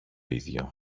ίδιο